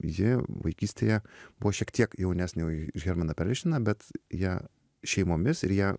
ji vaikystėje buvo šiek tiek jaunesnė už hermaną perelšteiną bet jie šeimomis ir jie